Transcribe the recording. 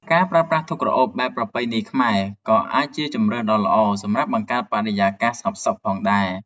ការប្រើប្រាស់ធូបក្រអូបបែបប្រពៃណីខ្មែរ ក៏អាចជាជម្រើសដ៏ល្អសម្រាប់បង្កើតបរិយាកាសស្ងប់សុខផងដែរ។